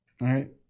right